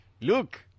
Look